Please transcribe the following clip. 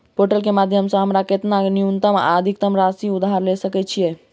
Portal केँ माध्यम सऽ हमरा केतना न्यूनतम आ अधिकतम ऋण राशि उधार ले सकै छीयै?